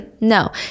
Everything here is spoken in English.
no